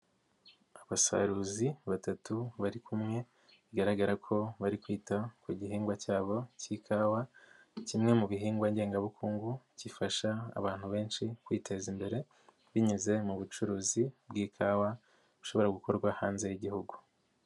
Abasaruzi batatu bari kumwe bigaragara ko bari kwita ku gihingwa cyabo cy'ikawa kimwe mu bihingwa ngengabukungu gifasha abantu benshi kwiteza imbere binyuze mu bucuruzi bw'ikawa bushobora gukorwa hanze y'igihugu.